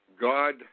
God